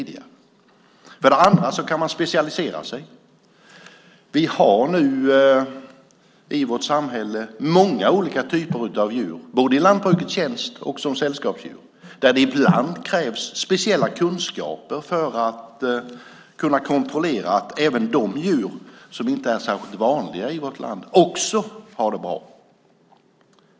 Dessutom kan man specialisera sig. I vårt samhälle har vi nu många olika typer av djur, både djur i lantbrukets tjänst och sällskapsdjur. Ibland krävs det speciella kunskaper för att kunna kontrollera att också djur som inte är särskilt vanliga i vårt land har det bra.